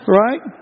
right